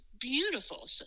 beautiful